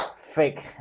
Fake